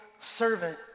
servant